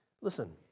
Listen